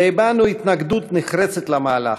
והבענו התנגדות נחרצת למהלך,